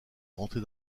rentrer